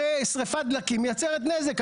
הרי שריפת דלקים מייצרת נזק,